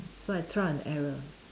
so I trial and error